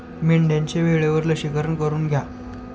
मेंढ्यांचे वेळेवर लसीकरण करून घ्या